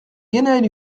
guénhaël